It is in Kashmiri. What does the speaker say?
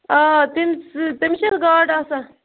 آ تٔمسے تٔمس چھا گاڈٕ آسان